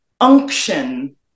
unction